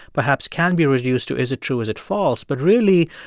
perhaps can be reduced to is it true, is it false? but, really,